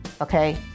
Okay